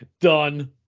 Done